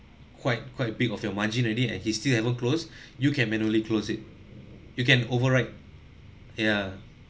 quite quite big of your margin already and he still haven't close you can manually close it you can overwrite ya